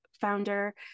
founder